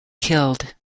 killed